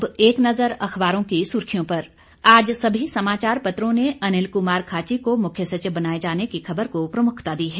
अब एक नज़र अखबारों की सुर्खियों पर आज सभी समाचार पत्रों ने अनिल कुमार खाची को मुख्य सचिव बनाए जाने की खबर को प्रमुखता दी है